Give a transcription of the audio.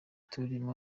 turimo